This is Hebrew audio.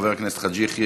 חבר הכנסת חאג' יחיא.